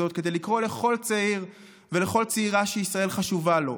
הזאת כדי לקרוא לכל צעיר ולכל צעירה שישראל חשובה לו: